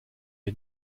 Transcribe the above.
wir